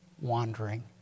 wandering